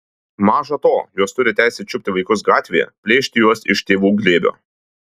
maža to jos turi teisę čiupti vaikus gatvėje plėšti juos iš tėvų glėbio